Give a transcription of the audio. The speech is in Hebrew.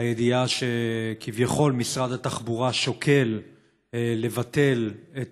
הידיעה שכביכול משרד התחבורה שוקל לבטל את